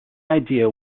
idea